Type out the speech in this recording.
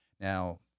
Now